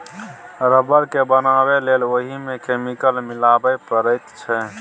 rubber केँ बनाबै लेल ओहि मे केमिकल मिलाबे परैत छै